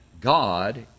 God